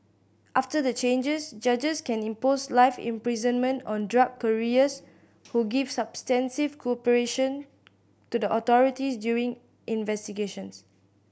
after the changes judges can impose life imprisonment on drug couriers who give substantive cooperation to the authorities during investigations